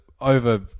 over